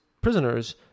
prisoners